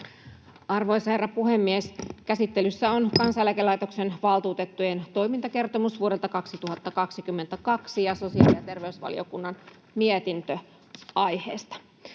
Arvoisa herra puhemies! Käsittelyssä on Kansaneläkelaitoksen valtuutettujen toimintakertomus vuodelta 2022 ja sosiaali- ja terveysvaliokunnan mietintö aiheesta.